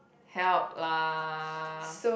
help lah